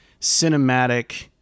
cinematic